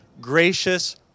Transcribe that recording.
gracious